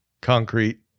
concrete